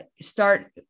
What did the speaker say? start